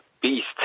beast